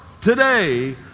today